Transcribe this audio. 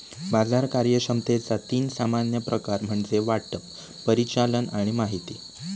बाजार कार्यक्षमतेचा तीन सामान्य प्रकार म्हणजे वाटप, परिचालन आणि माहिती